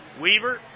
Weaver